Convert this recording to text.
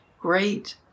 great